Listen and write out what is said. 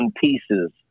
pieces